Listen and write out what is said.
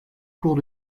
cours